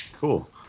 Cool